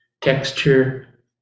texture